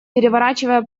переворачивая